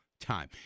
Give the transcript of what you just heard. Time